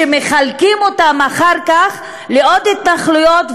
שמחלקים אותן אחר כך לעוד התנחלויות,